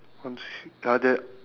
one two three uh there